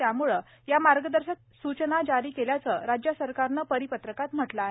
त्यामुळे या मार्गदर्शक सूचना जारी केल्याचं राज्य सरकारनं परिपत्रकात म्हटलं आहे